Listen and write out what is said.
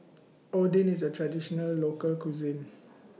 Oden IS A Traditional Local Cuisine